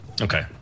Okay